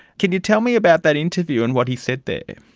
can you tell me about that interview and what he said there?